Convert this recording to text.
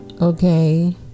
okay